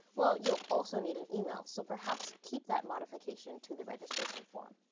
well you'll also need an email. so perhaps, keep that modification to the registration form.